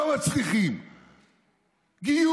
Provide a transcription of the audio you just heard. לא, די.